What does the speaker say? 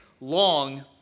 long